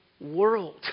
world